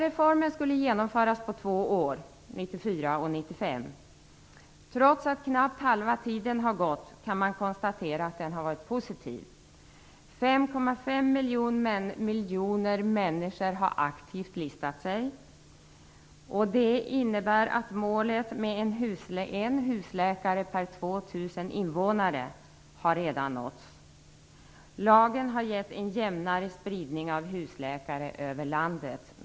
1994 och 1995. Trots att knappt halva tiden har gått kan vi konstatera att den har varit positiv. 5,5 miljoner människor har aktivt listat sig. Det innebär att målet med en husläkare per 2 000 invånare redan har nåtts. Lagen har gett en jämnare spridning av husläkare över landet.